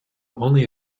only